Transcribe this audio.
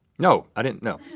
no, i didn't no.